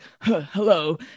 hello